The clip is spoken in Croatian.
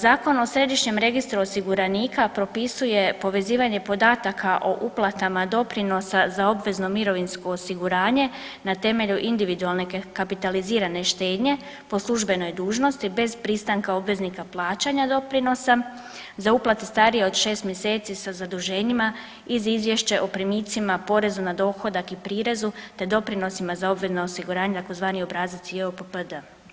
Zakon o središnjem registru osiguranika propisuje povezivanje podataka o uplatama doprinosa za obvezno mirovinsko osiguranje na temelju individualne kapitalizirane štednje po službenoj dužnosti bez pristanka obveznika plaćanja doprinosa za uplate starije od 6 mjeseci sa zaduženjima iz izvješća o primicima, porezu na dohodak i prirezu, te doprinosima za obvezno osiguranje tzv. obrazac JOPPD.